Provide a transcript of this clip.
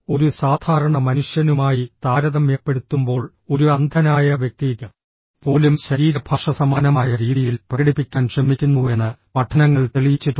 ഒരു സാധാരണ മനുഷ്യനുമായി താരതമ്യപ്പെടുത്തുമ്പോൾ ഒരു അന്ധനായ വ്യക്തി പോലും ശരീരഭാഷ സമാനമായ രീതിയിൽ പ്രകടിപ്പിക്കാൻ ശ്രമിക്കുന്നുവെന്ന് പഠനങ്ങൾ തെളിയിച്ചിട്ടുണ്ട്